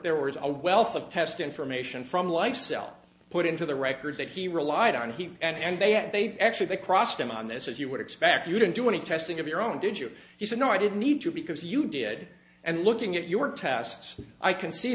there was a wealth of test information from life cell put into the record that he relied on he and they had they actually crossed him on this as you would expect you didn't do any testing of your own did you he said no i didn't need to because you did and looking at your tests i can see